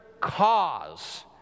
cause